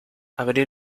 abrí